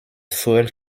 fuel